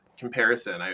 Comparison